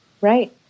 right